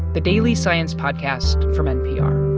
the daily science podcast from npr